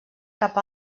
cap